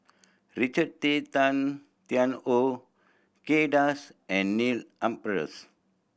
Richard Tay Tan Tian Hoe Kay Das and Neil Humphreys